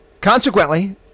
Consequently